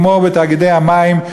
כמו בתאגידי המים,